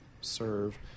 serve